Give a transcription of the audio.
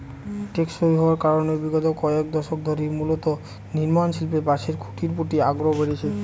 টেকসই হওয়ার কারনে বিগত কয়েক দশক ধরে মূলত নির্মাণশিল্পে বাঁশের খুঁটির প্রতি আগ্রহ বেড়েছে